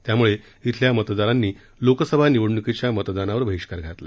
त्यामुळे इथल्या मतदारांनी लोकसभा निवडणुकीच्या मतदानावर बहिष्कार घातला